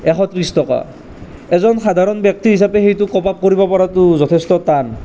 এশ ত্ৰিছ টকা এজন সাধাৰণ ব্যক্তি হিচাপে সেইটো কোপ আপ কৰিব পৰাটো যথেষ্ট টান